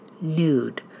nude